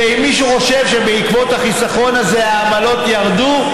ואם מישהו חושב שבעקבות החיסכון הזה העמלות ירדו,